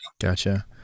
Gotcha